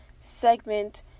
segment